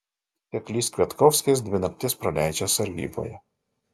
seklys kviatkovskis dvi naktis praleidžia sargyboje